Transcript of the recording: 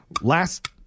Last